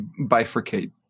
bifurcate